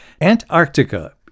Antarctica